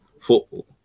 football